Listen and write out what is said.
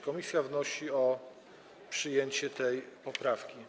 Komisja wnosi o przyjęcie tej poprawki.